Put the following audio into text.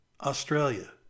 Australia